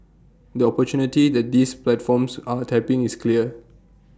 the opportunity that these platforms are tapping is clear